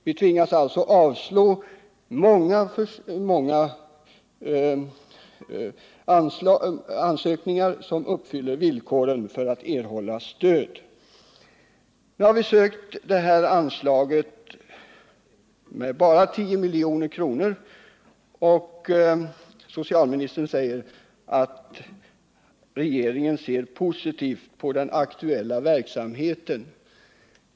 Vi tvingas således avslå många ansökningar som uppfyller villkoren för att erhålla stöd. Nämnden har nu ansökt om ett anslag med endast 10 milj.kr. Socialministern säger i svaret att regeringen ser positivt på den aktuella verksamheten.